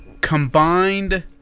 Combined